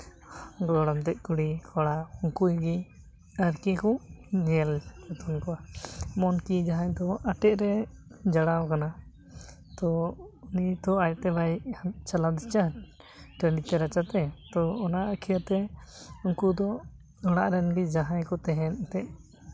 ᱜᱚᱲᱚᱢ ᱛᱮᱫ ᱠᱩᱲᱤ ᱠᱚᱲᱟ ᱩᱱᱠᱩ ᱜᱮ ᱟᱨᱠᱤ ᱠᱚ ᱧᱮᱞ ᱡᱚᱛᱚᱱ ᱠᱚᱣᱟ ᱮᱢᱚᱱᱠᱤ ᱡᱟᱦᱟᱸᱭ ᱫᱚ ᱟᱴᱮᱫ ᱨᱮ ᱡᱟᱲᱟᱣ ᱠᱟᱱᱟ ᱛᱳ ᱩᱱᱤ ᱛᱚ ᱟᱡ ᱛᱮ ᱵᱟᱭ ᱪᱟᱞᱟᱣ ᱫᱟᱲᱮᱭᱟᱜᱼᱟ ᱴᱟᱺᱰᱤ ᱛᱮ ᱨᱟᱪᱟᱛᱮ ᱛᱳ ᱚᱱᱟ ᱟᱹᱭᱠᱷᱟᱹ ᱛᱮ ᱩᱱᱠᱩ ᱫᱚ ᱚᱲᱟᱜ ᱨᱮᱱ ᱜᱮ ᱡᱟᱦᱟᱸᱭ ᱠᱚ ᱛᱟᱦᱮᱱ ᱮᱱᱛᱮᱫ